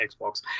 Xbox